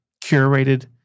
curated